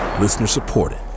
Listener-supported